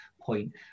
point